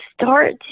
start